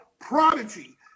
Prodigy